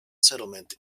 settlement